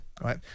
right